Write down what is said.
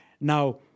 Now